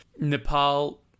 Nepal